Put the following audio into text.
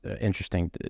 interesting